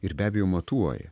ir be abejo matuoja